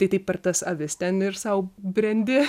tai taip per tas avis ten ir sau brendi